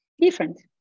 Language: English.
Different